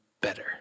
better